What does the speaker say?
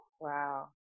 Wow